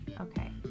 Okay